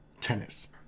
tennis